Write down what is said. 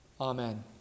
Amen